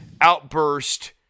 outburst